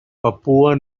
papúa